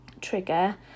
trigger